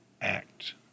act